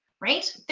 right